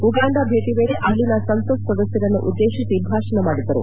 Uganda ಭೇಟಿ ವೇಳೆ ಅಲ್ಲಿನ ಸಂಸತ್ ಸದಸ್ಕರನ್ನು ಉದ್ದೇಶಿಸಿ ಭಾಷಣ ಮಾಡಿದ್ದರು